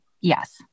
Yes